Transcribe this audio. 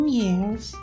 years